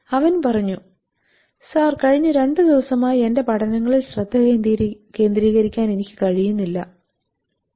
അവൻ പറഞ്ഞു "സർ കഴിഞ്ഞ രണ്ട് ദിവസമായി എന്റെ പഠനങ്ങളിൽ ശ്രദ്ധ കേന്ദ്രീകരിക്കാൻ എനിക്ക് കഴിയുന്നില്ല"